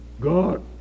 God